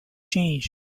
change